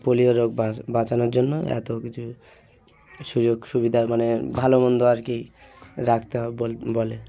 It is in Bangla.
পোলিও রোগ বাচ বাঁচানোর জন্য এত কিছু সুযোগ সুবিধা মানে ভালোমন্দ আর কি রাখতে হ বল বলে